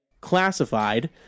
classified